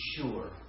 sure